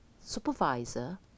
supervisor